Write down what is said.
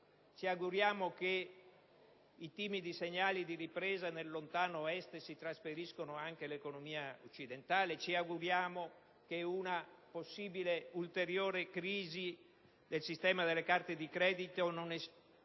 Ci auguriamo che i timidi segnali di ripresa nel lontano Est si trasferiscano anche all'economia occidentale. Ci auguriamo che una possibile, ulteriore crisi del sistema delle carte di credito non esponga